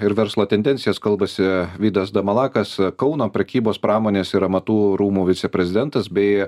ir verslo tendencijas kalbasi vydas damalakas kauno prekybos pramonės ir amatų rūmų viceprezidentas bei